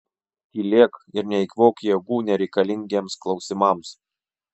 tylėk ir neeikvok jėgų nereikalingiems klausimams